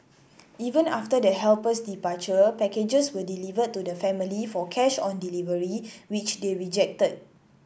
even after the helper's departure packages were delivered to the family for cash on delivery which they rejected